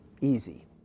easy